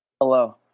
Hello